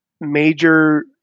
major